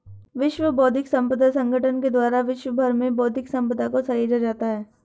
विश्व बौद्धिक संपदा संगठन के द्वारा विश्व भर में बौद्धिक सम्पदा को सहेजा जाता है